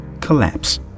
collapse